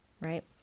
right